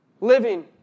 living